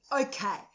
Okay